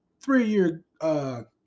three-year